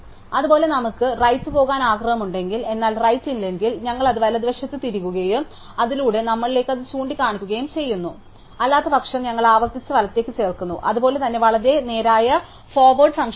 അതുപോലെ നമുക്ക് റൈറ് പോകാൻ ആഗ്രഹമുണ്ടെങ്കിൽ എന്നാൽ റൈറ് ഇല്ലെങ്കിൽ ഞങ്ങൾ അത് വലതുവശത്ത് തിരുകുകയും അതിലൂടെ നമ്മളിലേക്ക് അത് ചൂണ്ടിക്കാണിക്കുകയും ചെയ്യുന്നു അല്ലാത്തപക്ഷം ഞങ്ങൾ ആവർത്തിച്ച് വലത്തേക്ക് ചേർക്കുന്നു അതുപോലെ തന്നെ വളരെ നേരായ ഫോർവേഡ് ഫംഗ്ഷനിലേക്കുള്ള ഇൻസെർട്ടും